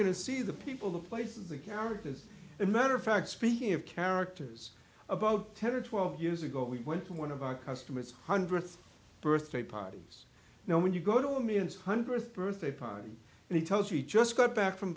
to see the people the places the characters and matter of fact speaking of characters about ten or twelve years ago we went to one of our customers hundredth birthday parties now when you go to the millions hundredth birthday party and he tells he just got back from